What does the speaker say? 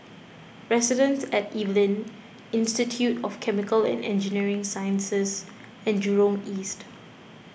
Residences at Evelyn Institute of Chemical and Engineering Sciences and Jurong East